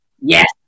Yes